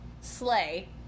slay